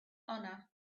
honor